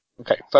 Okay